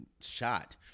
shot